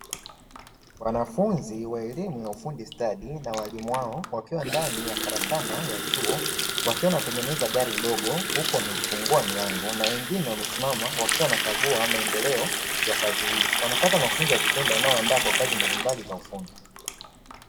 Wanafunzi wa elimu ya ufundi stadi na waalimu wao wakiwa ndani ya karakana ya chuo, wakiwa wanatengeneza gari ndogo huku wamelifungua milango, na wengine wamesimama huku wakiwa wanakagua maendeleo ya kazi hiyo. Wanapata mafunzo ya vitendo, yanayowaandaa kwa kazi mbalimbali za ufundi.